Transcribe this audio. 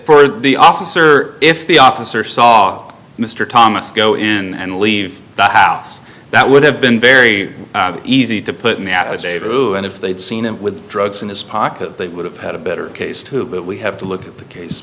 for the officer if the officer saw mr thomas go in and leave the house that would have been very easy to put in the ad was a true and if they'd seen him with drugs in his pocket they would have had a better case too but we have to look at the case